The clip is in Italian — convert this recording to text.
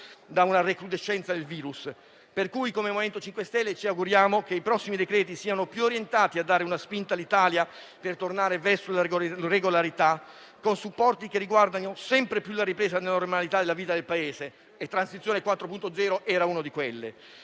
da una recrudescenza del virus. Come MoVimento 5 Stelle ci auguriamo che i prossimi provvedimenti siano maggiormente orientati a dare una spinta all'Italia per tornare verso la regolarità, con supporti che riguardino sempre più la ripresa della normalità della vita del Paese (e Transizione 4.0 era uno di quelli).